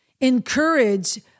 encourage